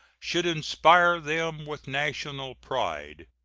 should inspire them with national pride.